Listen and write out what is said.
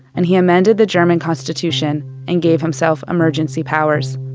and he amended the german constitution and gave himself emergency powers